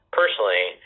personally